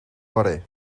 fory